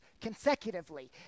consecutively